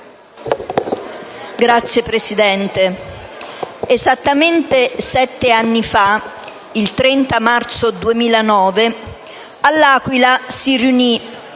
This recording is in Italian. Signora Presidente, esattamente sette anni fa, il 30 marzo 2009, all'Aquila si riunì,